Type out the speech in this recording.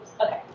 Okay